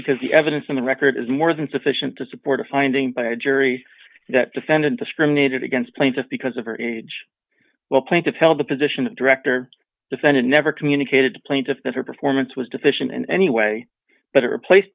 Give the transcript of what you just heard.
because the evidence on the record is more than sufficient to support a finding by a jury that defendant discriminated against plaintiff because of her age well plaintiff held the position of director defendant never communicated to plaintiff that her performance was deficient in any way but replace